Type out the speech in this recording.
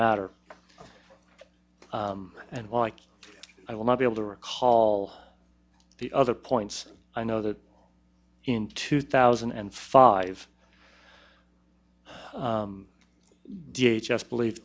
matter and like i will not be able to recall the other points i know that in two thousand and five d h just believe